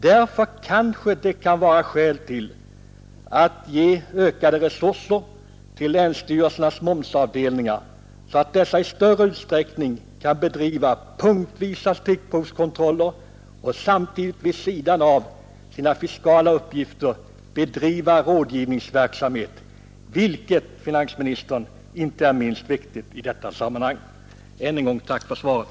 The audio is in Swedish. Därför kanske det kan vara skäl att ge ökade resurser till länsstyrelsernas momsavdelningar så att dessa i större utsträckning kan bedriva punktvisa stickprovskontroller och samtidigt vid sidan av sina fiskala uppgifter bedriva rådgivningsverksamhet vilket, finansministern, inte är minst viktigt i detta sammanhang. Än en gång: Tack för svaret!